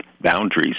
boundaries